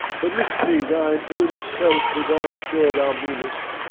but lift me thine own self, as i am sure thou meanest.